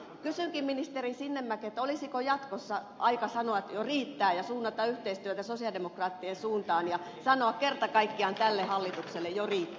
kysynkin ministeri sinnemäeltä olisiko jatkossa aika sanoa että jo riittää ja suunnata yhteistyötä sosialidemokraattien suuntaan ja sanoa kerta kaikkiaan tälle hallitukselle jo riittää